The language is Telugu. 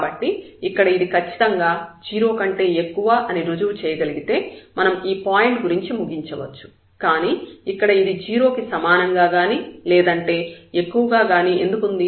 కాబట్టి ఇక్కడ ఇది ఖచ్చితంగా 0 కంటే ఎక్కువ అని రుజువు చేయగలిగితే మనం ఈ పాయింట్ గురించి ముగించవచ్చు కానీ ఇక్కడ ఇది 0 కి సమానంగా గానీ లేదంటే ఎక్కువగా గానీ ఎందుకు ఉంది